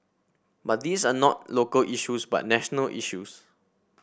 but these are not local issues but national issues